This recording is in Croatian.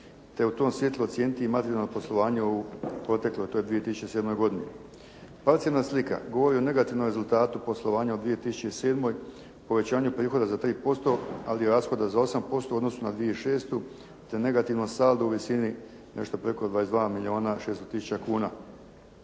te u tom svjetlu ocijeniti i materijalno poslovanje u protekloj toj 2007. godini. Parcijalna slika govori o negativnom rezultatu poslovanja u 2007., povećanju prihoda za 3% ali rashoda za 8% u odnosu na 2006., te negativan saldo u visini nešto preko 22 milijuna 600000 kuna.